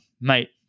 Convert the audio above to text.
mate